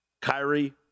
Kyrie